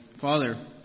Father